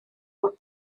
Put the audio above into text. fod